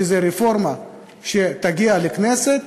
רפורמה שתגיע לכנסת,